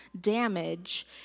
damage